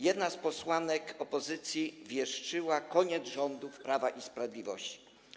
Jedna z posłanek opozycji wieszczyła koniec rządów Prawa i Sprawiedliwości.